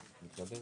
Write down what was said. את המקדמה,